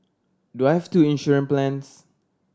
do I've two insurance plans